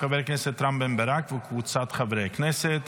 של חבר הכנסת רם בן ברק וקבוצת חברי הכנסת.